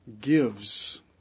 gives